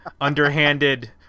Underhanded